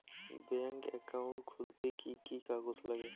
Bank account খুলতে কি কি কাগজ লাগে?